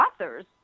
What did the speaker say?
authors